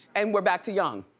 and we're back to young.